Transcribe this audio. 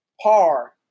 Par